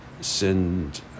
send